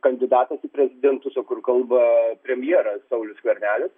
kandidatas į prezidentus o kur kalba premjeras saulius skvernelis